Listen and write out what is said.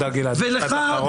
ולך,